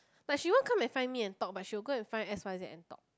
like she want come and find me and talk but she will go and find X_Y_Z and talk